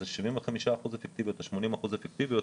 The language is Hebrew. זה 75% או 80% אפקטיביות.